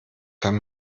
kann